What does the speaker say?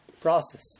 process